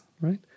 right